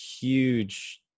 huge